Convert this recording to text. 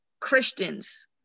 Christians